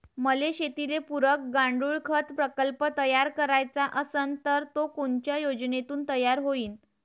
मले शेतीले पुरक गांडूळखत प्रकल्प तयार करायचा असन तर तो कोनच्या योजनेतून तयार होईन?